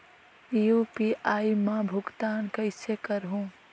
UPI मा भुगतान कइसे करहूं?